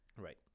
Right